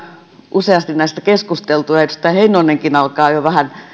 useasti näistä keskustelleet edustaja heinonenkin alkaa jo vähän